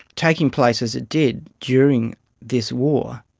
taking place as it did during this war,